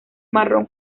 marrón